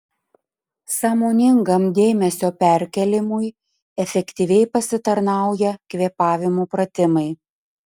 sąmoningam dėmesio perkėlimui efektyviai pasitarnauja kvėpavimo pratimai